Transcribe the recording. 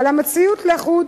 אבל, מציאות לחוד